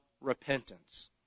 repentance